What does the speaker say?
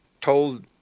told